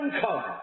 come